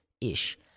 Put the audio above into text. ish